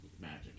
magic